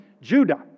Judah